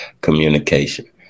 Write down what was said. communication